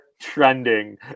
Trending